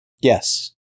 Yes